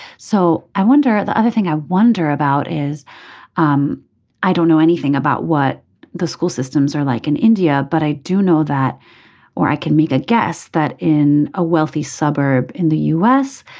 so i wonder. the other thing i wonder about is um i don't know anything about what the school systems are like in india but i do know that or i can make a guess that in a wealthy suburb in the u s.